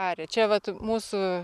arė čia vat mūsų